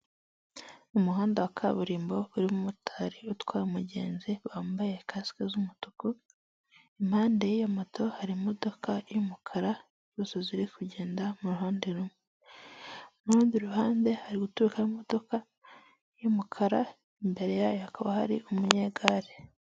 Umuhanda wa kaburimbo urimo umumotari utwaye umugenzi wambaye kasike z'umutuku, impande y'iyo moto hari imodoka y'umukara zose ziri kugenda mu ruhande rumwe. Mu rundi ruhande hari guturikamo imodoka y'umukara imbere yayo hakaba hari umunyegare.